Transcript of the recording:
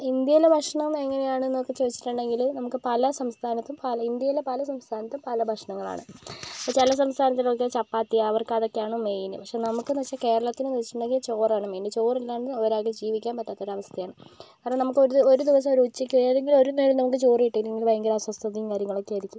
ഇന്ത്യയിലെ ഭക്ഷണം എങ്ങനെയാണെന്ന് ഒക്കെ ചോദിച്ചിട്ടുണ്ടെങ്കിൽ നമുക്ക് പല സംസ്ഥാനത്തും പല ഇന്ത്യയിലെ പല സംസ്ഥാനത്തും പല ഭക്ഷണങ്ങളാണ് ഇപ്പോൾ ചില സംസ്ഥാനത്ത് ഒക്കെ ചപ്പാത്തി അവർക്കതൊക്കെയാണ് മെയിൻ പക്ഷേ നമുക്കെന്ന് വെച്ചാൽ കേരളത്തിലെന്ന് വെച്ചിട്ടുണ്ടെങ്കിൽ ചോറാണ് മെയിൻ ചോറ് ഇല്ലാണ്ട് ഒരാൾക്ക് ജീവിക്കാൻ പറ്റാത്ത ഒരു അവസ്ഥയാണ് കാരണം നമുക്ക് ഒരു ഒരു ദിവസം ഒരു ഉച്ചയ്ക്ക് ഏതെങ്കിലും ഒരു നേരം നമുക്ക് ചോറ് കിട്ടിയില്ലെങ്കിൽ ഭയങ്കര അസ്വസ്ഥതയും കാര്യങ്ങളൊക്കെ ആയിരിക്കും